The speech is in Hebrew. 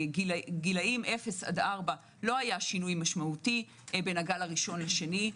בגילאי 0 עד 4 הוא לא היה שינוי משמעותי בין הגל הראשון לשני.